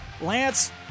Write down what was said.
Lance